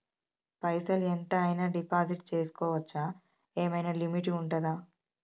పైసల్ ఎంత అయినా డిపాజిట్ చేస్కోవచ్చా? ఏమైనా లిమిట్ ఉంటదా?